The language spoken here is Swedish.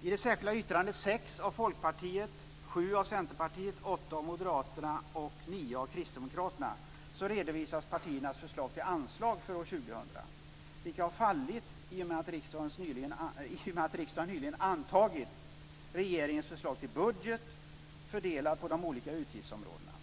2000. Dessa har fallit i och med att riksdagen nyligen antagit regeringens förslag till budget fördelat på de olika utgiftsområdena.